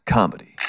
Comedy